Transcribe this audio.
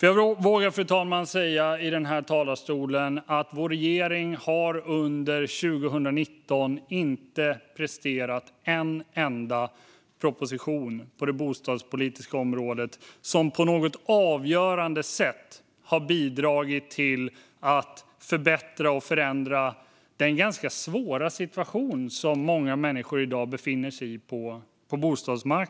Jag vågar säga att vår regering under 2019 inte har presterat en enda proposition på det bostadspolitiska området som på något avgörande sätt har bidragit till att förbättra och förändra den ganska svåra situation på bostadsmarknaden som många människor befinner sig i i dag.